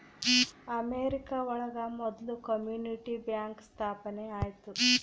America ಒಳಗ ಮೊದ್ಲು community bank ಸ್ಥಾಪನೆ ಆಯ್ತು